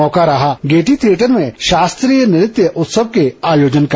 मौका रहा Gaiety Theatre में शास्त्रीय नृत्य उत्सव के आयोजन का